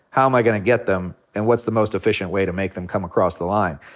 how am i gonna get them? and what's the most efficient way to make them come across the line?